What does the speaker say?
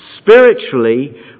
spiritually